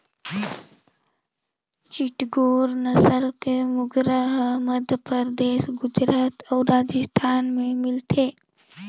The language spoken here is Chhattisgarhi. चिटगोंग नसल के मुरगा हर मध्यपरदेस, गुजरात अउ राजिस्थान में मिलथे